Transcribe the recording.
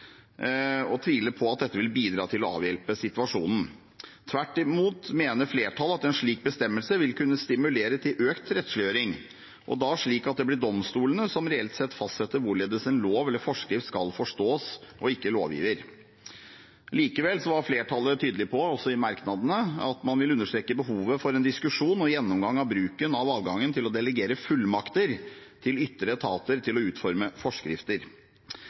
og tviler på at dette vil bidra til å avhjelpe situasjonen. Tvert imot mener flertallet at en slik bestemmelse vil kunne stimulere til økt rettsliggjøring, og da slik at det blir domstolene som reelt sett fastsetter hvorledes en lov eller forskrift skal forstås, og ikke lovgiver. Likevel var flertallet tydelig på, også i merknadene, at man vil understreke behovet for en diskusjon og gjennomgang av bruken av adgangen til å delegere fullmakter til ytre etater til å utforme forskrifter.